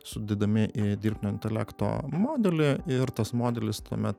sudedami į dirbtinio intelekto modulį ir tas modelis tuomet